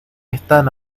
están